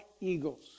eagles